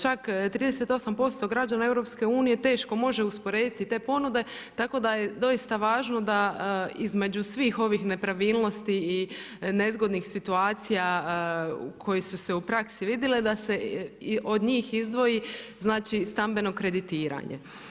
Čak 38% građana EU teško može usporediti te ponude tako da je doista važno da između svih ovih nepravilnosti i nezgodnih situacija koje su se u praksi vidjele da se od njih izdvoji znači stambeno kreditiranje.